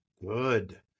good